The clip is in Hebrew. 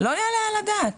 לא יעלה על הדעת,